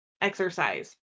exercise